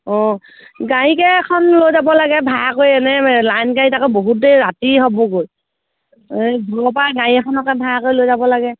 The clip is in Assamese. অঁ গাড়ীকে এখন লৈ যাব লাগে ভাড়া কৰি এনেই লাইন গাড়ীত আকৌ বহুত দেৰি ৰাতি হ'বগৈ এই ঘৰৰ পৰা গাড়ী এখনকে ভাড়া কৰি লৈ যাব লাগে